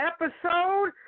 episode